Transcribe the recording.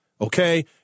okay